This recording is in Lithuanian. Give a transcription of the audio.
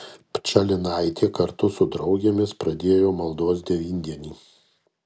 pčalinaitė kartu su draugėmis pradėjo maldos devyndienį